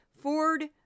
Ford